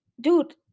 Dude